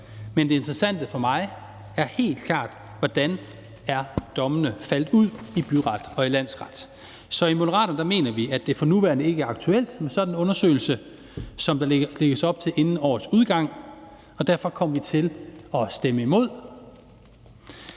men det interessante for mig er helt klart, hvordan dommene er faldet ud i byret og landsret. Så i Moderaterne mener vi, at det for nuværende ikke er aktuelt med sådan en undersøgelse, som der lægges op til, inden årets udgang. Derfor kommer vi til at stemme imod.